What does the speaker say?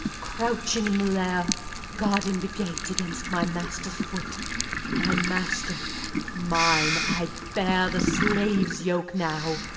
couching in the lair guarding the gate against my master's foot my master mine i bear the slave's yoke now,